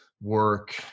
Work